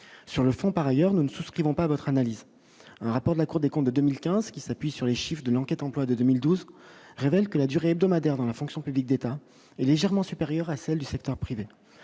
sur le fond, par ailleurs, nous ne souscrivons pas votre analyse un rapport de la Cour des comptes de 2015, qui s'appuie sur les chiffres de l'enquête emploi dès 2012 révèlent que la durée hebdomadaire dans la fonction publique d'État est légèrement supérieure à celle du secteur privé,